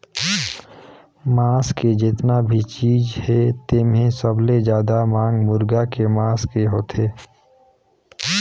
मांस के जेतना भी चीज हे तेम्हे सबले जादा मांग मुरगा के मांस के होथे